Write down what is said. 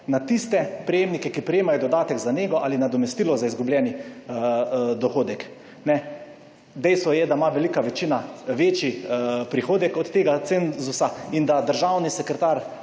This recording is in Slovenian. na tiste prejemnike, ki prejemajo dodatek za nego ali nadomestilo za izgubljeni dohodek. Dejstvo je, da ima velika večina večji prihodek od tega cenzusa in da državni sekretar